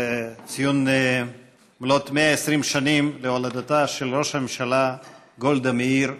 ציון מלאות 120 שנים להולדתה של ראש הממשלה גולדה מאיר,